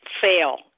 fail